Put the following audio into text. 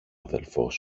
αδελφός